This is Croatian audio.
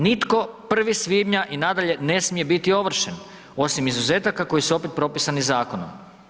Nitko 1. svibnja i nadalje ne smije biti ovršen, osim izuzetaka koji su opet propisani zakonom.